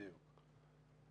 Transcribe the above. בדיוק.